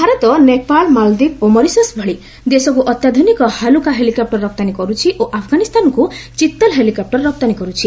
ଭାରତ ନେପାଳ ମାଳଦ୍ୱୀପ ଓ ମରିସସ୍ ଭଳି ଦେଶକୁ ଅତ୍ୟାଧୁନିକ ହାଲୁକା ହେଲିକପୁର ରପ୍ତାନୀ କରୁଛି ଓ ଆଫଗାନିସ୍ତାନକୁ ଚିଉଲ୍ ହେଲିକପ୍ଟର ରପ୍ତାନୀ କରୁଛି